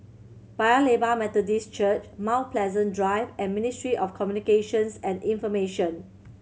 Paya Lebar Methodist Church Mount Pleasant Drive and Ministry of Communications and Information